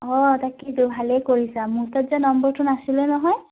অঁ তাকেইতো ভালেই কৰিছা মোৰ তাত যে নম্বৰটো নাছিলে নহয়